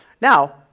Now